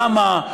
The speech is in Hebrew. למה,